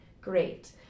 great